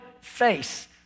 face